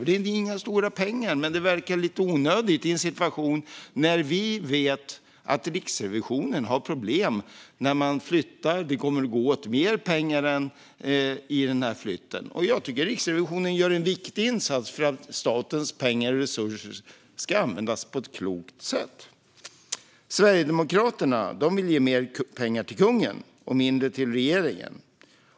Det är inga stora pengar, men det verkar lite onödigt i en situation när vi vet att Riksrevisionen har problem. Det kommer att gå åt mer pengar i flytten, och jag tycker att Riksrevisionen gör en viktig insats för att statens pengar och resurser ska användas på ett klokt sätt. Sverigedemokraterna vill ge mer pengar till kungen och mindre till regeringen.